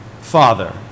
father